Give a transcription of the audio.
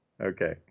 Okay